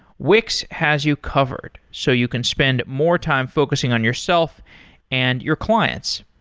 wix has you covered, so you can spend more time focusing on yourself and your clients.